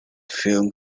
film